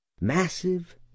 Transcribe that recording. massive